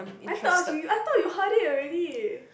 I thought I ask you I thought you heard it already